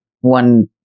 one